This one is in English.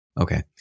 Okay